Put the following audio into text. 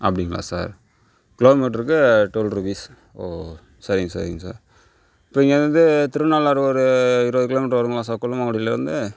அப்படிங்ளா சார் கிலோமீட்டருக்கு twelve rupees ஓ சரிங் சரிங் சார் இப்போ இங்கே இருந்து திருநள்ளாறு ஒரு இருபது கிலோமீட்டர் வரும்ங்களா சார் கொலுமாங்குடியில் இருந்து